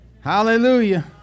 Hallelujah